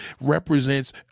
represents